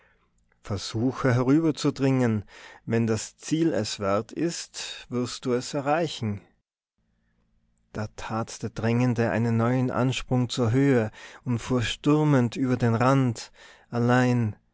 versuche herüberzudringen wenn das ziel es wert ist wirst du es erreichen da tat der drängende einen neuen ansprung zur höhe und fuhr stürmend über den rand allein